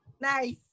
Nice